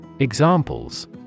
Examples